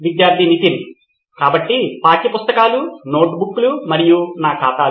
విద్యార్థి నితిన్ కాబట్టి పాఠ్యపుస్తకాలు నోట్బుక్లు మరియు నా ఖాతాలు